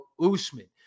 Usman